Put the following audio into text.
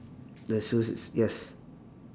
the shoes it's yes